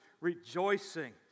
rejoicing